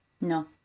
no